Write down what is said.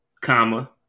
comma